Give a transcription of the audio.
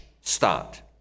start